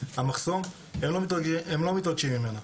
המחסום, הם לא מתרגשים ממנה.